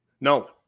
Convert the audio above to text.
No